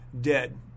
dead